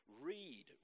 Read